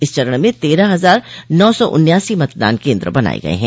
इस चरण में तेरह हजार नौ सौ उन्यासी मतदान केन्द्र बनाये गये हैं